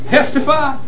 Testify